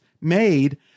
made